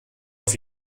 auf